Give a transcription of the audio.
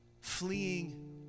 fleeing